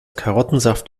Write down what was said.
karottensaft